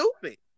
stupid